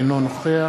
אינו נוכח